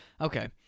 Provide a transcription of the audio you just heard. Okay